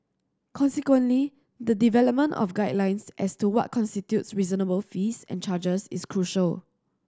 consequently the development of guidelines as to what constitutes reasonable fees and charges is crucial